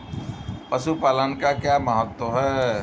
पशुपालन का क्या महत्व है?